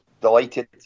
delighted